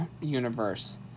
universe